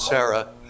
Sarah